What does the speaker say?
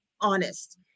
honest